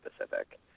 specific